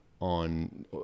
on